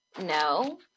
no